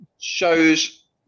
Shows